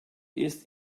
ist